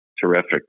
terrific